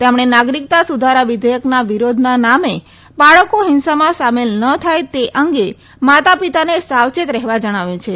તેમણે નાગરીકતા સુધારા વિધેયકના વિરોધના નામે બાળકો હિંસામાં સામેલ ન થાય તે અંગે માતા પિતાને સાવચેત રહેવા જણાવ્યું છે